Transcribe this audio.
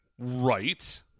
Right